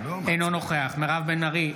אינו נוכח מירב בן ארי,